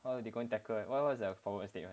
how they gonna tackle what what's the former statement